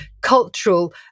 cultural